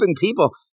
people